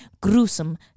gruesome